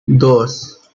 dos